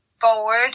forward